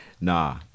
Nah